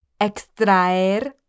Extraer